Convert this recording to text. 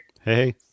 hey